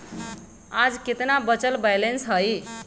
आज केतना बचल बैलेंस हई?